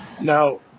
Now